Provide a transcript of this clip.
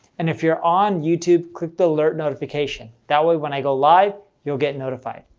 and if you're on youtube, click the alert notification that way when i go live, you'll get notified.